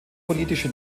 politische